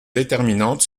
déterminante